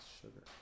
sugar